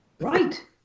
Right